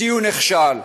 ציון נכשל.